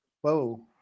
Whoa